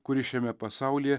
kuri šiame pasaulyje